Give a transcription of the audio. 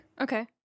Okay